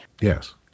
Yes